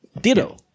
Ditto